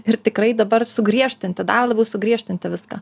ir tikrai dabar sugriežtinti dar labiau sugriežtinti viską